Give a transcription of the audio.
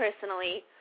personally